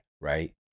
Right